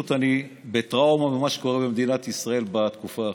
בטראומה ממה שקורה במדינת ישראל בתקופה האחרונה.